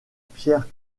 pierre